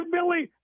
Billy